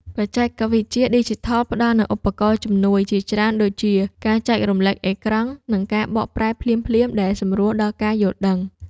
បច្ចេកវិទ្យាឌីជីថលផ្ដល់នូវឧបករណ៍ជំនួយជាច្រើនដូចជា ការចែករំលែកអេក្រង់ និងការបកប្រែភ្លាមៗ ដែលសម្រួលដល់ការយល់ដឹង។